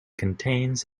contains